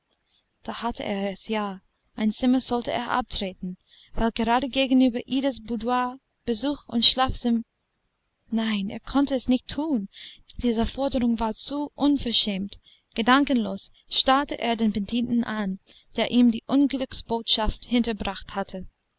da hatte er es ja ein zimmer sollte er abtreten weil gerade gegenüber idas boudoir besuch und schlafzim nein er konnte es nicht tun diese forderung war zu unverschämt gedankenlos starrte er den bedienten an der ihm die unglücksbotschaft hinterbracht hatte